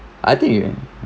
I think